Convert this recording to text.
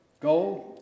go